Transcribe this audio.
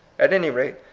at any rate,